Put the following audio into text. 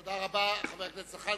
תודה רבה, חבר הכנסת זחאלקה.